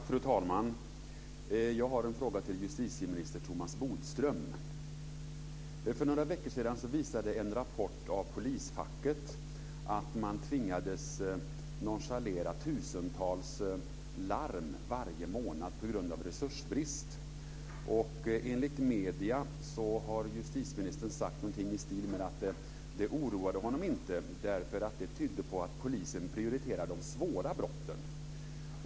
Fru talman! Jag har en fråga till justitieminister Thomas Bodström. För några veckor sedan visade en rapport från polisfacket att polisen tvingas nonchalera tusentals larm varje månad på grund av resursbrist. Enligt medierna har justitieministern sagt något i stil med att detta inte oroar honom, eftersom det visar att polisen prioriterar de svåra brotten.